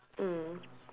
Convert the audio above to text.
mm